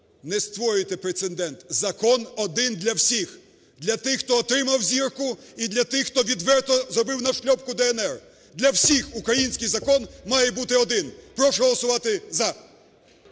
Не створюйте прецедент, закон – один для всіх: для тих, хто отримав зірку і для тих, хто відверто зробив нашльопку "ДНР". Для всіх український закон має бути один. Прошу голосувати "за".